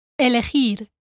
elegir